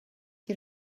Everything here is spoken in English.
you